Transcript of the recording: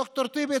ד"ר טיבי,